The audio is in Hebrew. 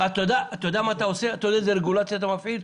אתה יודע איזו רגולציה אתה מפעיל?